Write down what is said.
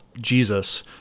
jesus